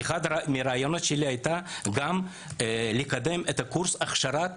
אחד מהרעיונות שלי היה לקדם קורס להכשרת